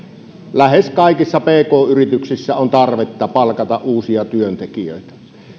lähes kaikissa pk yrityksissä on tarvetta palkata uusia työntekijöitä